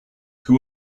who